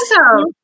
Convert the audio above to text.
Awesome